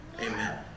Amen